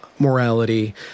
morality